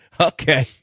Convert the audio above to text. okay